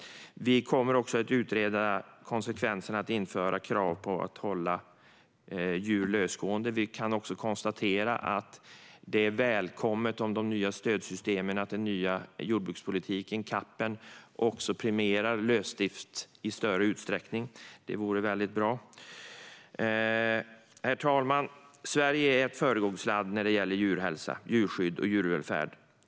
Vi kommer att utreda konsekvenserna av att införa krav på att hålla djur lösgående. Vi kan också konstatera att det är välkommet om stödsystemen i den nya jordbrukspolitiken, CAP, premierar lösdrift i större utsträckning; det vore väldigt bra. Herr talman! Sverige är ett föregångsland när det gäller djurhälsa, djurskydd och djurvälfärd.